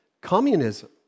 communism